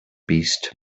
beast